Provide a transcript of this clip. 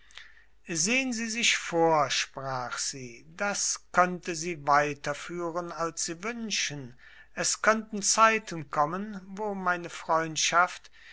sehen sie sich vor sprach sie das könnte sie weiter führen als sie wünschen es könnten zeiten kommen wo meine freundschaft